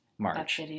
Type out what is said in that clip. March